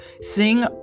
Sing